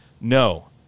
no